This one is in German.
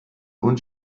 und